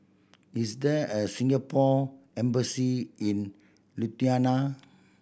is there a Singapore Embassy in Lithuania